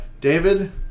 David